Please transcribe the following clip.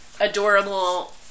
adorable